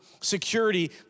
security